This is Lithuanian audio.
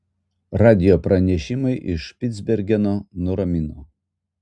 radijo pranešimai iš špicbergeno nuramino